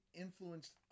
influenced